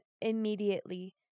immediately